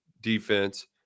defense